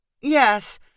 Yes